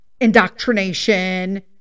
indoctrination